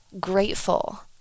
grateful